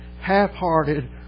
half-hearted